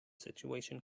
situation